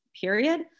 period